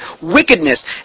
wickedness